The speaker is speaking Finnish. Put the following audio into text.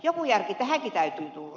joku järki tähänkin täytyy tulla